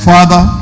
Father